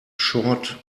short